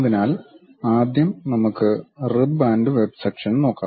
അതിനാൽ ആദ്യം നമുക്ക് റിബ് ആൻഡ് വെബ് സെക്ഷൻ നോക്കാം